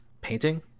painting